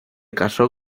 casó